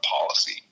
policy